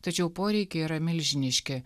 tačiau poreikiai yra milžiniški